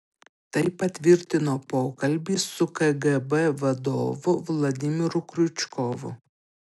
tai patvirtino pokalbis su kgb vadovu vladimiru kriučkovu